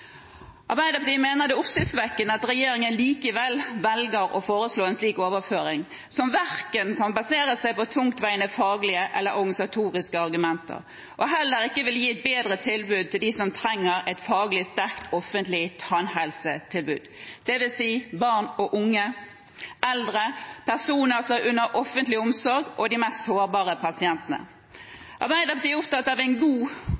Arbeiderpartiet mener det er oppsiktsvekkende at regjeringen likevel velger å foreslå en slik overføring, som verken kan basere seg på tungtveiende faglige eller organisatoriske argumenter eller gi et bedre tilbud til dem som trenger et faglig sterkt offentlig tannhelsetilbud, dvs. barn og unge, eldre, personer som er under offentlig omsorg, og de mest sårbare pasientene. Arbeiderpartiet er opptatt av en god